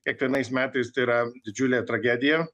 kiekvienais metais tai yra didžiulė tragedija